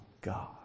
God